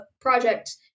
project